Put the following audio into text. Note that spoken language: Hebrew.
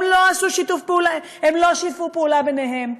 הם לא שיתפו פעולה ביניהם,